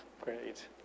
Great